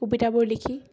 কবিতাবোৰ লিখি